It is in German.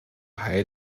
heil